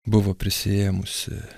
buvo prisiėmusi